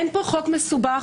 אין פה חוק מסובך.